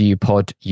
Pod